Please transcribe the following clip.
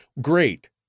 Great